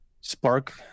spark